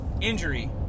injury